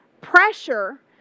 pressure